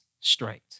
straight